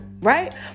Right